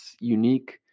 unique